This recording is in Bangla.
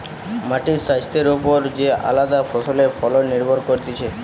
মাটির স্বাস্থ্যের ওপর যে আলদা ফসলের ফলন নির্ভর করতিছে